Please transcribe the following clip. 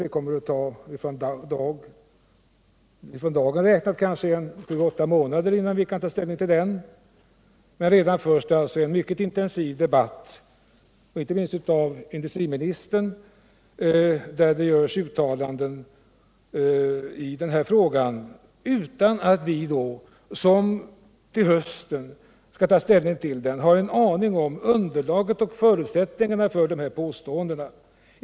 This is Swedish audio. Från i dag räknat kommer det att ta kanske sju åtta månader innan vi kan ta ställning till den, men redan förs alltså en mycket intensiv debatt - inte minst gör industriministern uttalanden i frågan - utan att vi har en aning om underlaget och förutsättningarna för de påståenden som görs.